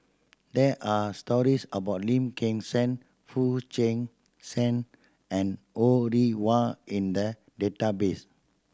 there are stories about Lim Kim San Foo Chee San and Ho Rih Hwa in the database